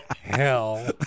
hell